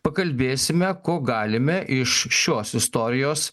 pakalbėsime ko galime iš šios istorijos